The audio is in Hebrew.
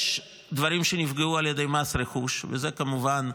יש דברים שנפגעו, על ידי מס רכוש, וזה, כמובן,